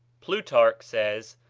plutarch says,